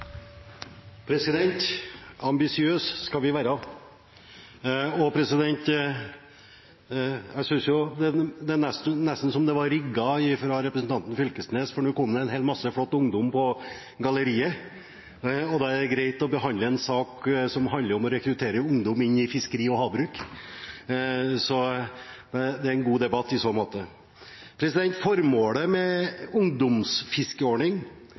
nesten som det var rigget fra representanten Knag Fylkesnes, for nå kom det en hel masse flott ungdom på galleriet, og da er det greit å behandle en sak som handler om å rekruttere ungdom inn i fiskeri og havbruk – det er en god debatt i så måte. Formålet med